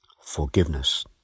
forgiveness